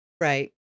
Right